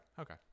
okay